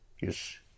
yes